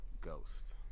Ghost